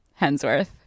Hensworth